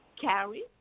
carry